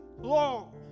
Long